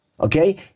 okay